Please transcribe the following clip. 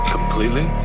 Completely